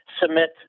submit